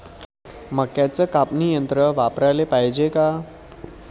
मक्क्याचं कापनी यंत्र वापराले पायजे का?